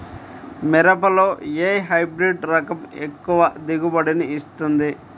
మిరపలో ఏ హైబ్రిడ్ రకం ఎక్కువ దిగుబడిని ఇస్తుంది?